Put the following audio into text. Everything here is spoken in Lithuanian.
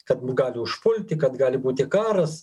kad gali užpulti kad gali būti karas